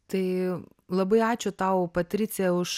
tai labai ačiū tau patricija už